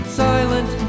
silent